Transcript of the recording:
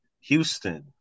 Houston